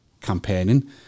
campaigning